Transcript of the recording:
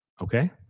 okay